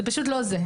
זה לא זה.